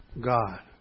God